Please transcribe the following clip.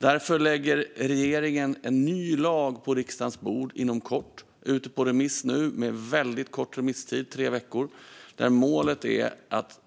Därför lägger regeringen en ny lag på riksdagens bord inom kort - den är ute på remiss nu med en väldigt kort remisstid på bara tre veckor - där målet är att